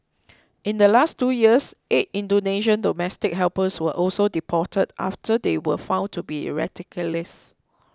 in the last two years eight Indonesian domestic helpers were also deported after they were found to be radicalised